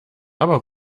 aber